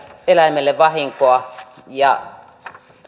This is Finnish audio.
eläimelle vahinkoa ja